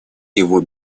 его